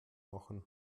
machen